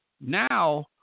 Now